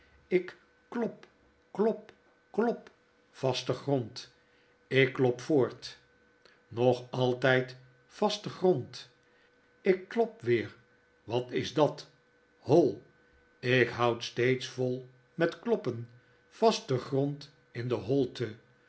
klop vaste grond ik klop voort nog altijd vaste grond ik klop weer wat s dat hoi ik houd steeds vol met kloppen vaste grond in de holte